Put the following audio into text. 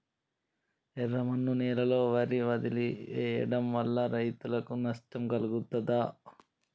ఎర్రమన్ను నేలలో వరి వదిలివేయడం వల్ల రైతులకు నష్టం కలుగుతదా?